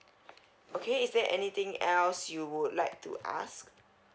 okay is there anything else you would like to ask